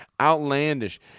outlandish